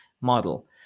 model